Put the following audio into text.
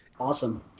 Awesome